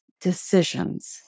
decisions